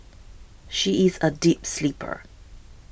she is a deep sleeper